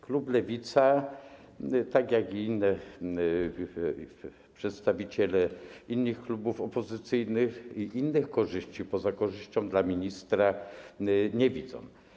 Klub Lewica, tak jak i przedstawiciele innych klubów opozycyjnych innych korzyści poza korzyścią dla ministra nie widzą.